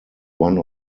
one